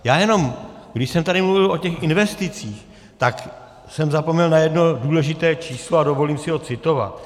Já jenom, když jsem tady mluvil o těch investicích, tak jsem zapomněl na jedno důležité číslo a dovolím si ho citovat.